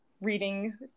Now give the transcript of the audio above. reading